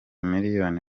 miliyoni